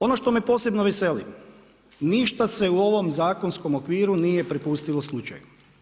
Ono što me posebno veseli, ništa se u ovom zakonskom okviru nije prepustilo slučaju.